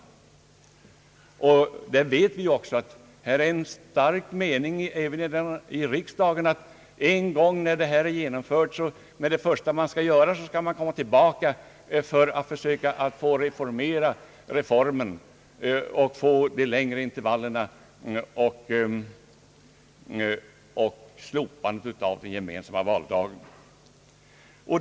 Vi vet också att det även i riksdagen råder en stark mening om att när man en gång genomfört reformen måste man komma tillbaka för att försöka reformera reformen i syfte att få till stånd längre intervaller och ett slopande av den gemensamma valdagen.